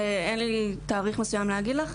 אין לי תאריך מסוים להגיד לך.